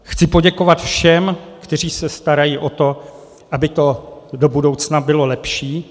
Chci poděkovat všem, kteří se starají o to, aby to do budoucna bylo lepší.